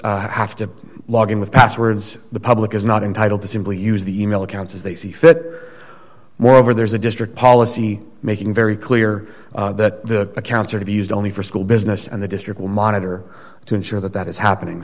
members have to log in with passwords the public is not entitled to simply use the email account as they see fit moreover there is a district policy making very clear that the accounts are to be used only for school business and the district will monitor to ensure that that is happening